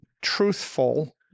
truthful